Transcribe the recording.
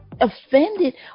offended